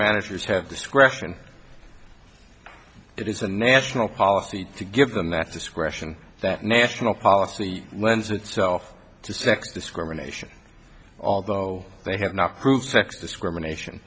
managers have discretion it is a national policy to give them that discretion that national policy lends itself to sex discrimination although they have not proved sex discrimination